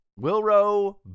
Wilro